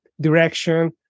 direction